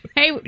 hey